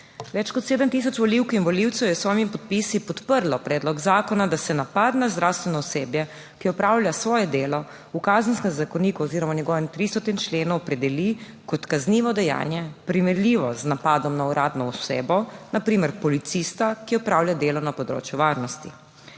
Več kot 7 tisoč volivk in volivcev je s svojimi podpisi podprlo predlog zakona, da se napad na zdravstveno osebje, ki opravlja svoje delo, v Kazenskem zakoniku oziroma v njegovem 300. členu opredeli kot kaznivo dejanje, primerljivo z napadom na uradno osebo, na primer policista, ki opravlja delo na področju varnosti.